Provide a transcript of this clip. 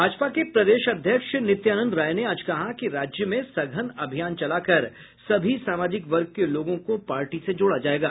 भाजपा के प्रदेश अध्यक्ष नित्यानंद राय ने आज कहा कि राज्य में सघन अभियान चलाकर सभी सामाजिक वर्ग के लोगों को पार्टी से जोड़ा जायेगा